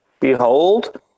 behold